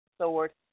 sword